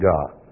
God